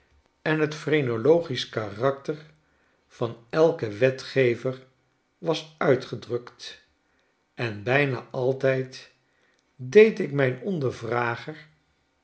en het phrenologisch karakter van elken wetgever was uitgedrukt en bijna altijd deed ik mijn ondervrager